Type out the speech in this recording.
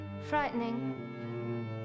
frightening